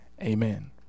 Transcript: amen